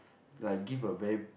like give a very